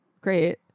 Great